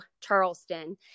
Charleston